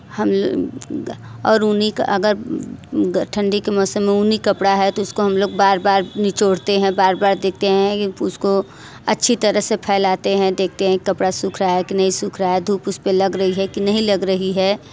हम और ऊनी का अगर ठंडी के मौसम ऊनी कपड़ा है तो उसको हम लोग बार बार निचोड़ते हैं बार बार देखते हैं उसको अच्छी तरह से फैलाते हैं देखते हैं कपड़ा सूख रहा है कि नहीं सूख रहा है धूप उस पर लग रही है कि नहीं लग रही है